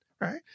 Right